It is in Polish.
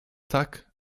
tak